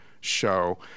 show